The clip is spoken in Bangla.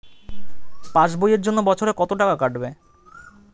পাস বইয়ের জন্য বছরে কত টাকা কাটবে?